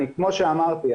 כמו שאמרתי,